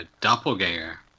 doppelganger